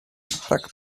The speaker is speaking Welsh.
rhag